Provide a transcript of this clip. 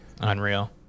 Unreal